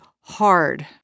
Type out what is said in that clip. hard